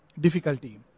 difficulty